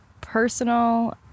personal